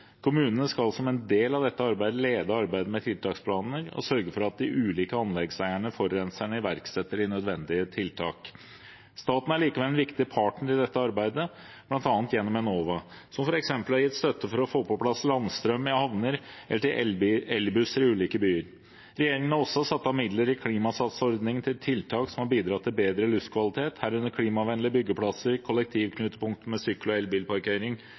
Kommunene skal som del av dette arbeidet lede arbeidet med tiltaksplaner og sørge for at de ulike anleggseierne/forurenserne iverksetter de nødvendige tiltak. Staten er likevel en viktig partner i dette arbeidet, bl.a. gjennom Enova, som f.eks. har gitt støtte for å få på plass landstrøm i havner og elbusser i ulike byer. Regjeringen har også satt av midler i Klimasatsordningen til tiltak som har bidratt til bedre luftkvalitet, herunder klimavennlige byggeplasser, kollektivknutepunkt med sykkel- og elbilparkering